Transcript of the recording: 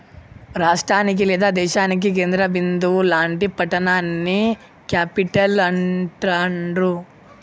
రాష్టానికి లేదా దేశానికి కేంద్ర బిందువు లాంటి పట్టణాన్ని క్యేపిటల్ అంటాండ్రు